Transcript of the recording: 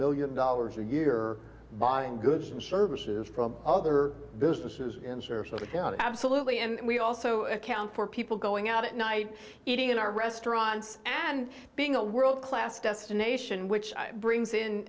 million dollars a year buying goods and services from other businesses in sarasota county absolutely and we also account for people going out at night eating in our restaurants and being a world class destination which brings in